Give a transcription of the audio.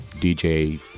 DJ